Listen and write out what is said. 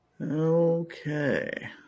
Okay